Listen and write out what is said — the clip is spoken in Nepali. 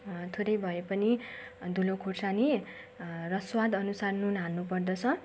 थोरै भए पनि धुलो खोर्सानी र स्वादअनुसार नुन हाल्नुपर्दछ